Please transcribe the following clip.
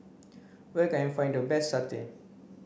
where can I find the best satay